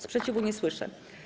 Sprzeciwu nie słyszę.